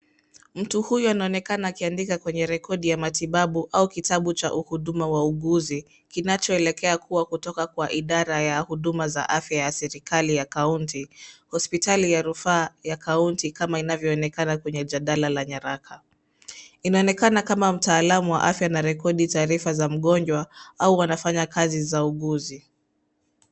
Mtu huyu anaonekana kuandika kwenye rekodi ya matibabu au kitabu ya huduma wa uguuzi kinachoelekea kutoka kwa idara ya huduma za afya ya serikali ya kaunti, hospitali ya rufaa ya kaunti kama inavyoonekana kwenye jadala la nyaraka. Inaonekana kama mtaalamu wa afya anarekodi taarifa za mgonjwa au wanafanya kazi za uuguzi.